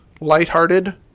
lighthearted